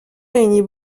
réunit